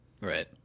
Right